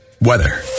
weather